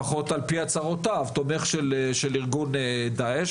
לפחות על פי הצהרותיו, תומך של ארגון דעאש.